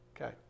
Okay